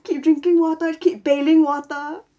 keep drinking water keep bailing water